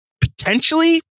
potentially